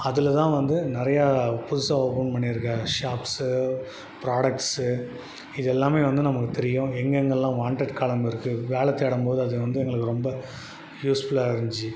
அதில்தான் வந்து நிறையா புதுசாக ஓப்பன் பண்ணியிருக்க ஷாப்ஸ்ஸு ப்ராடக்ட்ஸு இதெல்லாமே வந்து நமக்கு தெரியும் எங்கெங்கெல்லாம் வாண்டெட் காலம் இருக்குது வேலை தேடும்போது அது வந்து எங்களுக்கு ரொம்ப யூஸ்ஃபுல்லாக இருந்துச்சு